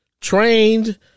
trained